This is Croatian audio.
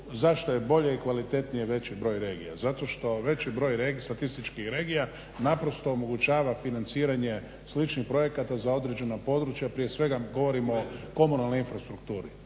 zašto je bolje i kvalitetnije veći broj regija. Zato što veći broj statističkih regija naprosto omogućava financiranje sličnih projekata za određena područja. Prije svega govorimo o komunalnoj infrastrukturi.